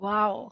Wow